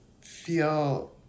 feel